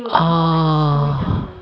ohh